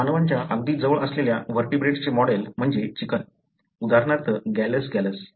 मानवाच्या अगदी जवळ असलेल्या व्हर्टीब्रेट्सचे मॉडेल म्हणजे चिकन उदाहरणार्थ गॅलस गॅलस